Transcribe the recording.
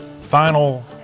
final